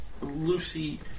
Lucy